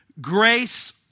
grace